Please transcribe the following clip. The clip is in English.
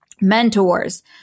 mentors